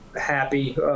happy